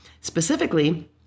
Specifically